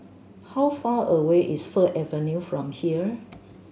how far away is Fir Avenue from here